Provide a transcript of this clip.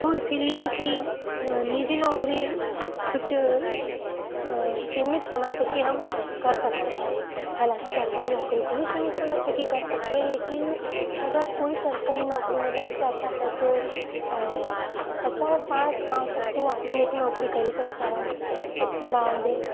वो इसी लिए कि निजी नौकरी कुछ सीमित समय तक ही हम कर सकते हैं हालाँकि सरकारी नौकरी को भी सीमित समय तक ही कर सकते हैं लेकिन अगर कोई सरकारी नौकरी में लग जाता है तो पचास साठ साल तक तो वो आसानी से नौकरी कर ही सकता है उसके बाद